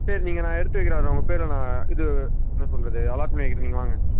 சரி நீங்கள் நான் எடுத்து வைக்கிறேன் அது உங்கள் பேரில் நான் இது என்ன சொல்லுறது அலார்ட் பண்ணி வைக்கிறேன் நீங்கள் வாங்க